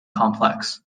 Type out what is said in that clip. complex